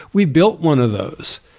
we built one of those,